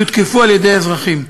יותקפו על-ידי אזרחים.